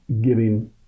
giving